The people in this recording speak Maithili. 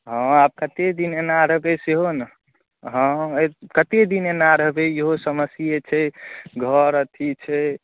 हँ आब कतेक दिन एना रहबै सेहो ने हँ कतेक दिन एना रहबै ईहो समस्ये छै घर अथी छै